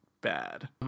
bad